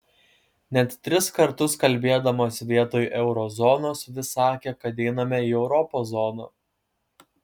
net tris kartus kalbėdamas vietoj euro zonos vis sakė kad einame į europos zoną